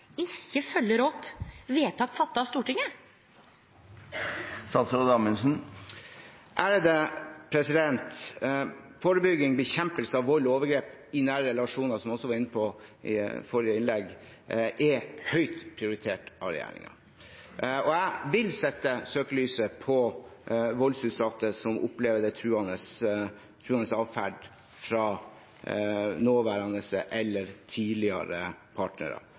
opp vedtak fatta av Stortinget? Forebygging og bekjempelse av vold og overgrep i nære relasjoner er høyt prioritert av regjeringen, som jeg også var inne på i forrige innlegg. Jeg vil sette søkelyset på voldsutsatte som opplever truende adferd fra nåværende eller tidligere partnere.